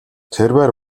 тэрбээр